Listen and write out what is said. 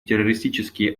террористические